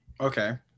Okay